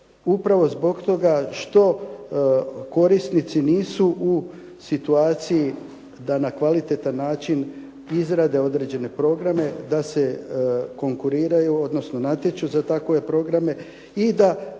upravo zbog toga što korisnici nisu u situaciji da na kvalitetan način izrade određene programe, da se konkuriraju, odnosno natječu za takve programe i da